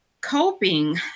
coping